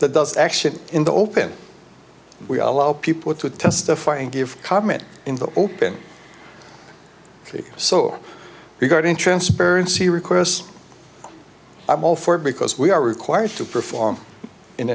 that does action in the open we allow people to testify and give comment in the open so we got in transparency requests i'm all for because we are required to perform in